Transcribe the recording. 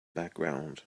background